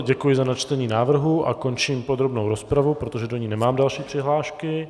Děkuji za načtení návrhu a končím podrobnou rozpravu, protože do ní nemám další přihlášky.